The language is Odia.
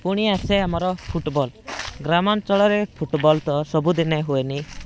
ପୁଣି ଆସେ ଆମର ଫୁଟବଲ୍ ଗ୍ରାମଞ୍ଚଳରେ ଫୁଟବଲ୍ ତ ସବୁ ଦିନେ ହୁଏନି